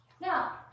now